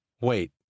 Wait